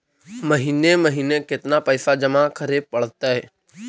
महिने महिने केतना पैसा जमा करे पड़तै?